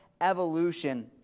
evolution